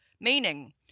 meaning